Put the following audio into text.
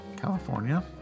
California